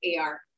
AR